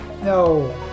no